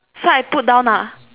so I put down ah